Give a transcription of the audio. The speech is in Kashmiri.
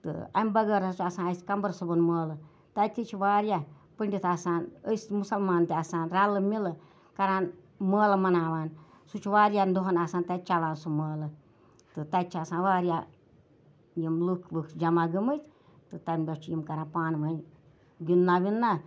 تہٕ امہِ بَغٲر حظ چھُ آسان اَسہِ قَمبَر صٲبُن مٲلہٕ تَتہِ تہِ چھِ واریاہ پنڈِت آسان أسۍ مُسَلمان تہِ آسان رَلہٕ مِلہٕ کَران مٲلہٕ مَناوان سُہ چھُ وارہَین دۄہَن آسان تَتہِ چَلان سُہ مٲلہٕ تہِ تَتہِ چھِ آسان واریاہ یِم لُکھ وُکھ جَمع گٔمٕتۍ تہٕ تمہِ دۄہ چھِ یِم کَران پانہٕ ؤنۍ گنٛدنہ ونٛدنہ